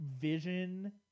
vision